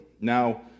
Now